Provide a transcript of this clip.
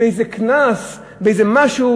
באיזה קנס,